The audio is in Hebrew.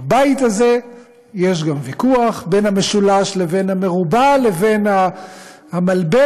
בבית הזה יש גם ויכוח בין המשולש לבין המרובע לבין המלבן,